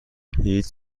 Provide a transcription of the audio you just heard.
هیچ